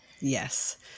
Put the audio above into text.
Yes